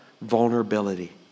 vulnerability